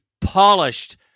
polished